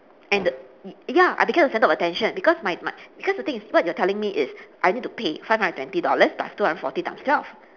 and the ya I become the centre of attention because my my because the thing what you are telling me is I need to pay five hundred and twenty dollars plus two hundred forty times twelve